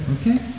Okay